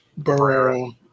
Barrera